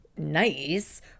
nice